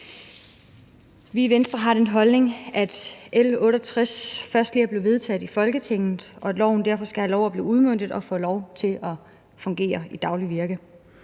Vi i Venstre har den holdning, at L 68 B først lige er blevet vedtaget i Folketinget, og at loven derfor skal have lov at blive udmøntet for at få lov til at fungere i et dagligt virke.